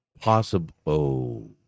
Possible